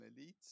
elites